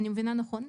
אני מבינה נכון?